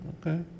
Okay